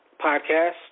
podcast